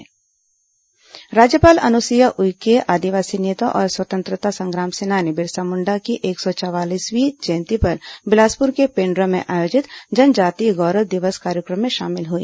राज्यपाल बिलासपुर राज्यपाल अनुसुईया उइके आदिवासी नेता और स्वतंत्रता संग्राम सेनानी बिरसा मुण्डा की एक सौ चवालीसवीं जयंती पर बिलासपुर के पेण्ड्रा में आयोजित जनजातीय गौरव दिवस कार्यक्रम में शामिल हुई